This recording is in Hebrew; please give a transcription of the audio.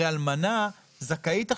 הרי אלמנה זכאית לרכב,